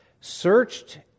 searched